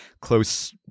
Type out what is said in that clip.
close